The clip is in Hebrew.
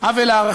עוול להתיישבות,